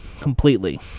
completely